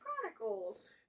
chronicles